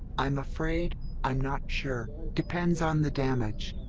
i'm afraid i'm not sure, depends on the damage.